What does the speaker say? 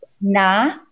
Na